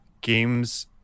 games